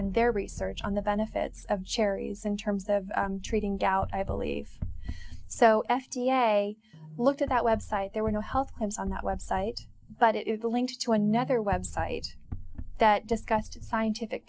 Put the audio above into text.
and their research on the benefits of cherries in terms of treating gout i believe so f d a looked at that website there were no health claims on that website but it is a link to another website that discussed scientific